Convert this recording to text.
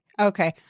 Okay